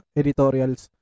editorials